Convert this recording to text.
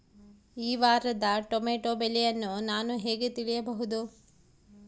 ಈ ವಾರದ ಟೊಮೆಟೊ ಬೆಲೆಯನ್ನು ನಾನು ಹೇಗೆ ತಿಳಿಯಬಹುದು?